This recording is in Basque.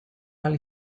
ahal